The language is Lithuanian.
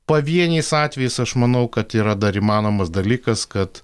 pavieniais atvejais aš manau kad yra dar įmanomas dalykas kad